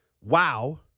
wow